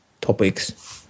topics